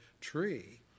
tree